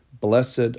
Blessed